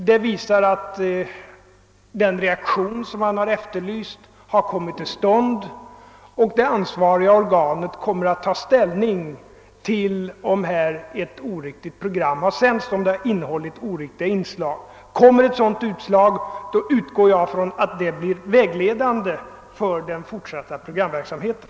Detta visar att den reaktion som man har efterlyst har kommit till stånd, och det ansvariga organet kommer att ta ställning till frågan, om ifrågavarande program har innehållit oriktiga inslag. Om ett sådant utslag kommer utgår jag ifrån att det blir vägledande för den förtsatta programverksamheten.